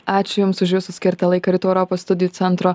ačiū jums už jūsų skirtą laiką rytų europos studijų centro